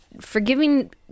forgiving